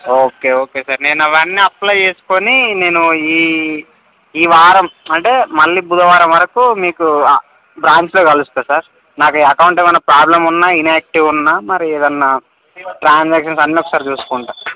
okay okay sir నేను అవన్నీ apply చేసుకొని నేను ఈ ఈవారం అంటే మళ్ళీ బుధవారం వరకు మీకు ఆ బ్రాంచ్లో కలుస్తాను సార్ నాకు అకౌంట్ ఏమైనా ప్రాబ్లం ఉన్నా ఇన్యాక్టివ్ ఉన్నా మరి ఏదైనా ట్రాన్సాక్షన్స్ అన్నీ ఒకసారి చూసుకుంటాను